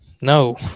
No